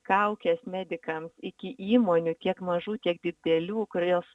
kaukes medikams iki įmonių tiek mažų tiek didelių kurios